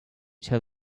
tell